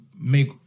make